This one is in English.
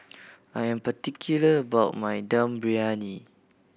I am particular about my Dum Briyani